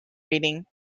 reading